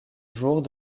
jours